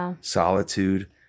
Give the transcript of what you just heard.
solitude